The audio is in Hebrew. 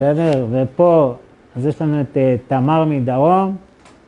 בסדר, ופה אז יש לנו את תמר מדרום.